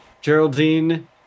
Geraldine